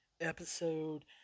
episode